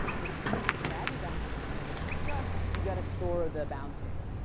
but if you're using the baggy bounds system that we just discussed, you've got to store ah the bounds table,